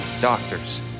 doctors